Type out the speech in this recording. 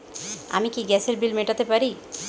আমি কি গ্যাসের বিল মেটাতে পারি?